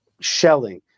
shelling